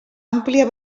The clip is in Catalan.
àmplia